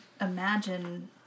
imagine